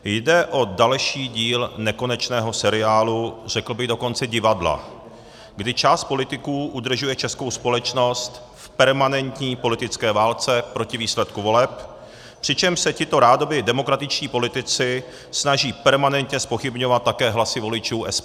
Jde o další díl nekonečného seriálu, řekl bych dokonce divadla, kdy část politiků udržuje českou společnost v permanentní politické válce proti výsledku voleb, přičemž se tito rádoby demokratičtí politici snaží permanentně zpochybňovat také hlasy voličů SPD.